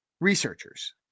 researchers